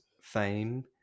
fame